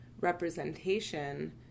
representation